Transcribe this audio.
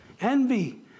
envy